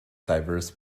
diverse